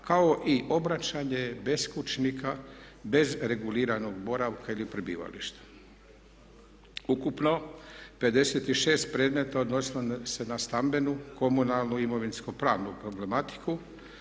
kao i obraćanje beskućnika bez reguliranog boravka ili prebivališta. Ukupno 56 predmeta odnosilo se na stambenu, komunalnu, imovinsko-pravnu problematiku.